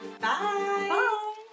Bye